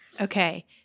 Okay